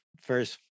first